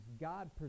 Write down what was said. God